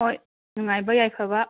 ꯍꯣꯏ ꯅꯨꯡꯉꯥꯏꯕ ꯌꯥꯏꯐꯕ